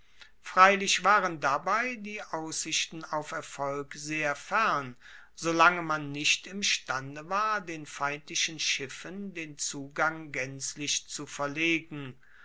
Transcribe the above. freilich waren dabei die aussichten auf erfolg sehr fern solange man nicht imstande war den feindlichen schiffen den zugang gaenzlich zu verlegen